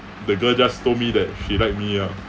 the girl just told me that she liked me ah